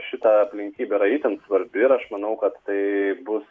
šita aplinkybė yra itin svarbi ir aš manau kad tai bus